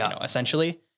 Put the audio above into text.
essentially